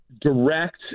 direct